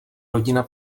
rodina